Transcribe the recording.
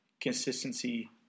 consistency